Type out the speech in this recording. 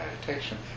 meditation